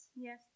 Yes